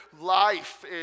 life